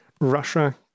Russia